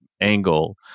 angle